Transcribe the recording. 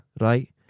Right